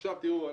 עכשיו תראו,